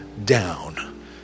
down